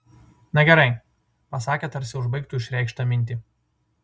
na gerai pasakė tarsi užbaigtų išreikštą mintį